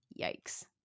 Yikes